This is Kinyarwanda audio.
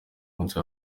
munsi